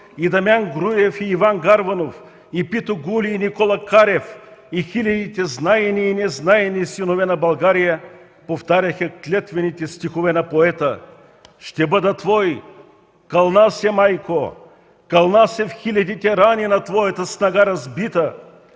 и Дамян Груев и Иван Гарванов, и Питу Гули и Никола Карев, и хилядите знайни и незнайни синове на България повтаряха клетвените стихове на поета: „Ще бъда твой! Кълна се майко, кълна се в хилядите рани на твоята снага разбита!